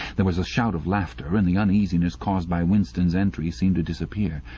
there was a shout of laughter, and the uneasiness caused by winston's entry seemed to disappear.